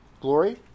Glory